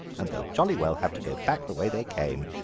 and they'll jolly well have to go back the way they came,